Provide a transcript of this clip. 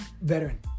veteran